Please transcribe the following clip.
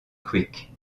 creek